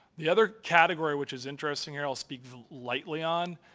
the other category which is interesting, i'll speak lightly on,